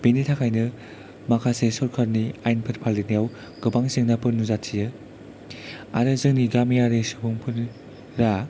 बेनि थाखायनो माखासे सरखारनि आयेनफोर फालिनायाव गोबां जेंनाफोर नुजाथियो आरो जोंनि गामियारि सुबुंफोरा